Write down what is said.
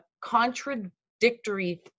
contradictory